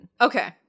okay